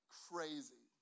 crazy